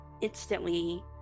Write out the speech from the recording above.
instantly